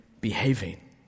behaving